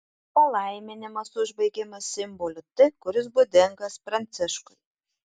palaiminimas užbaigiamas simboliu t kuris būdingas pranciškui